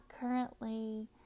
currently